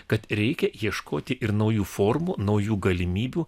kad reikia ieškoti ir naujų formų naujų galimybių